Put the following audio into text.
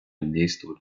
действуют